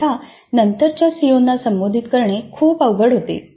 अन्यथा नंतरच्या सीओना संबोधित करणे खूप अवघड होते